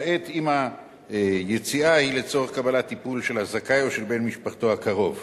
למעט אם היציאה היא לצורך קבלת טיפול של הזכאי או של בן-משפחתו הקרוב.